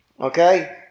okay